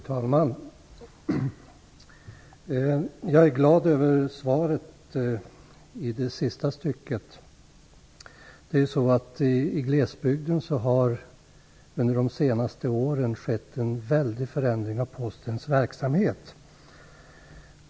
Fru talman! Jag är glad över det avslutande stycket i svaret. I glesbygden har det under de senaste åren skett en väldig förändring av Postens verksamhet.